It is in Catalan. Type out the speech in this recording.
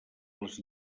les